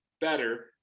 better